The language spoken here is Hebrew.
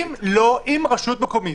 אם רשות מקומית,